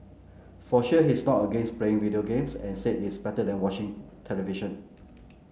for sure he is not against playing video games and said it's better than watching television